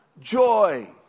Joy